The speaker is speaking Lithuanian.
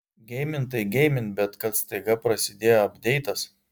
geimint tai geimint bet kad staiga prasidėjo apdeitas